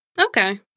Okay